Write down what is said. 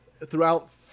throughout